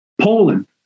Poland